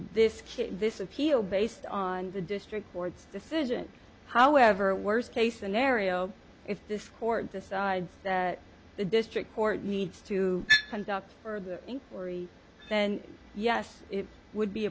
kid this appeal based on the district board's decision however worst case scenario if this court decides that the district court needs to conduct for the inquiry then yes it would be